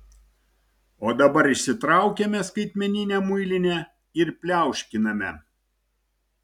o dabar išsitraukiame skaitmeninę muilinę ir pliauškiname